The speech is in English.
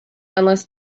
unless